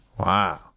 Wow